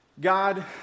God